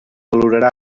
valorarà